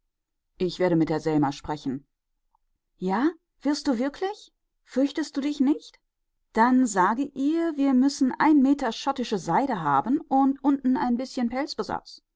ich werde mit der selma sprechen ja wirst du wirklich fürchtest du dich nicht dann sage ihr wir müssen ein meter schottische seide haben und unten ein bißchen pelzbesatz